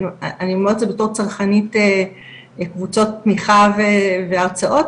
ואני אומרת את זה בתור צרכנית קבוצות תמיכה והרצאות,